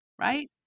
Right